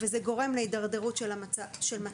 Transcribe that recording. זה גורם להידרדרות של מצבם.